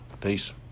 Peace